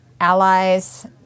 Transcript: allies